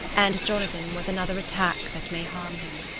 and jonathan with another attack that may harm him.